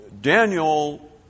Daniel